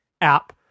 app